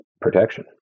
protection